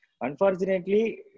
Unfortunately